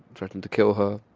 threatened to kill her,